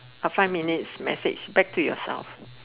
a five minutes message back to yourself